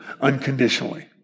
unconditionally